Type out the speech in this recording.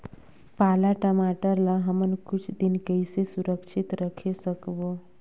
पाला टमाटर ला हमन कुछ दिन कइसे सुरक्षित रखे सकबो?